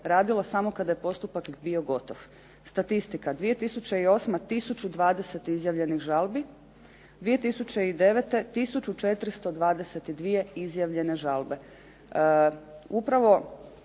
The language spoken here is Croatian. radilo samo kada je postupak bio gotov. Statistika, 2008. 1020 izjavljenih žalbi, 2009. 1422 izjavljene žalbe.